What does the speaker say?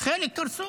חלק קרסו.